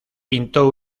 pintó